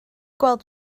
gweld